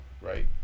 right